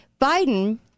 Biden